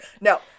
No